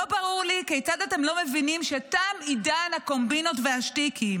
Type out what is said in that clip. לא ברור לי כיצד אתם לא מבינים שתם עידן הקומבינות והשטיקים.